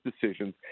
decisions